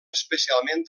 especialment